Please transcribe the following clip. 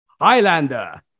Highlander